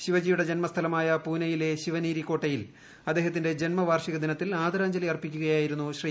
ശിവജിയ്യുളട് ജന്മസ്ഥലമായ പൂനെയിലെ ശിവനേരി കോട്ടയ്യിൽ അദ്ദേഹത്തിന്റെ ജന്മവാർഷിക ദിനത്തിൽ ആദരാഞ്ജലി അർപ്പിക്കുകയായിരുന്നു ശ്രീ